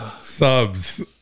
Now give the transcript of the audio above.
Subs